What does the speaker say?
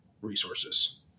resources